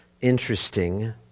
interesting